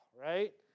Right